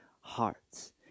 hearts